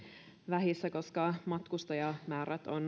vähissä koska matkustajamäärät